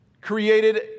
created